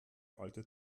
alte